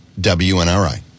WNRI